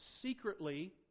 secretly